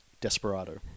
Desperado